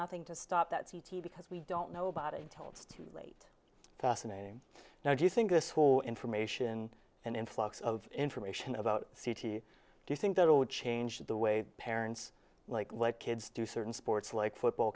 nothing to stop that c t e because we don't know about it until it's too fascinating now if you think this whole information and influx of information about fiji do you think that it would change the way parents like what kids do certain sports like football